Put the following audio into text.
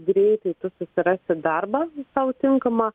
greitai tu susirasi darbą sau tinkamą